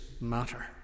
matter